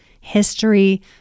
history